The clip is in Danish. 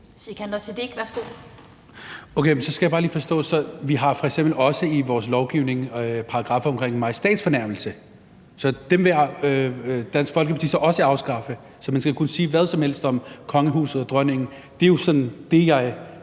Sikandar Siddique (UFG): Okay, så skal jeg bare lige forstå noget. Vi har f.eks. også i vores lovgivning en paragraf om majestætsfornærmelse, så den vil Dansk Folkeparti så også afskaffe, så man skal kunne sige hvad som helst om kongehuset og dronningen. Det er jo sådan det, jeg